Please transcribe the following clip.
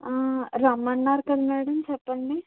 రమ్మన్నారు కదా మేడమ్ చెప్పండి